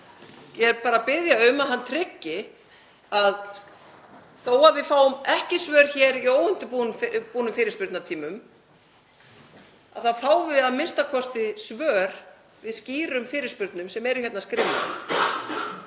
Ég er bara að biðja um að hann tryggi að þó að við fáum ekki svör hér í óundirbúnum fyrirspurnatímum, að við fáum a.m.k. svör við skýrum fyrirspurnum sem eru hérna skriflegar.